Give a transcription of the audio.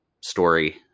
story